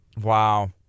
Wow